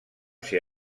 ser